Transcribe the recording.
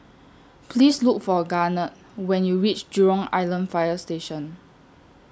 Please Look For Garnet when YOU REACH Jurong Island Fire Station